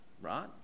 right